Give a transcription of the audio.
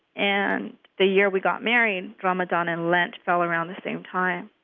and the year we got married, ramadan and lent fell around the same time.